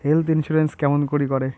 Health insurance কেমন করি করে?